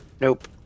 Nope